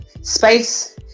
space